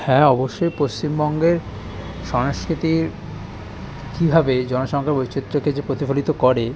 হ্যাঁ অবশ্যই পশ্চিমবঙ্গের সংস্কৃতি কীভাবে জনসংখ্যার বৈচিত্র্যকে যে প্রতিফলিত করে